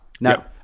Now